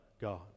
God